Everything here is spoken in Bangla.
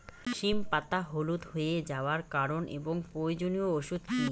সিম পাতা হলুদ হয়ে যাওয়ার কারণ এবং প্রয়োজনীয় ওষুধ কি?